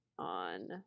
on